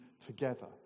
together